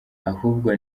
ahubwo